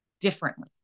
differently